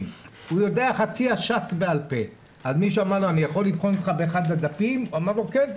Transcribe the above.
אז מישהו אמר לו 'אני יכול לבחון אותך באחד הדפים' הוא אומר לו 'כן,